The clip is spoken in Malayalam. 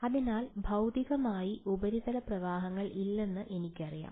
അതിനാൽ ഭൌതികമായി ഉപരിതല പ്രവാഹങ്ങൾ ഇല്ലെന്ന് എനിക്കറിയാം